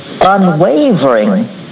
unwavering